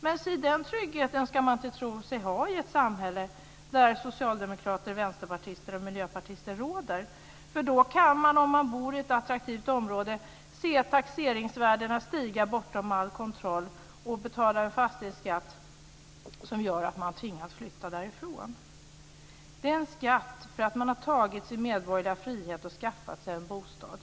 Men den tryggheten ska man inte tro sig ha i ett samhälle där socialdemokrater, vänsterpartister och miljöpartister råder. Om man bor i ett attraktivt område kan man se taxeringsvärdena stiga bortom all kontroll. Man får betala en fastighetsskatt som gör att man tvingas flytta därifrån. Det är en skatt för att man har tagit sin medborgerliga frihet och skaffat sig en bostad.